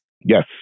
Yes